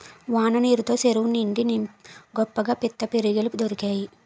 వాన నీరు తో సెరువు నిండి గొప్పగా పిత్తపరిగెలు దొరికేయి